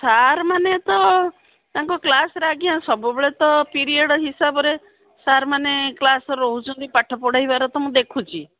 ସାର୍ମାନେ ତ ତାଙ୍କ କ୍ଲାସରେ ଆଜ୍ଞା ସବୁବେଳେ ତ ପିରିଅଡ୍ ହିସାବରେ ସାର୍ମାନେ କ୍ଲାସ୍ରେ ରହୁଛନ୍ତି ପାଠ ପଢ଼େଇବାର ତ ମୁଁ ଦେଖୁଛି